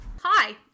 Hi